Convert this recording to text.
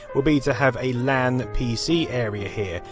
will be to have a lan pc area here,